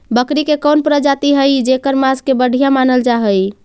बकरी के कौन प्रजाति हई जेकर मांस के बढ़िया मानल जा हई?